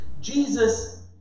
Jesus